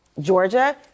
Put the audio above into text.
Georgia